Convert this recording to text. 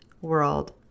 world